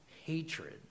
hatred